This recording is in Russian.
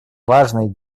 важной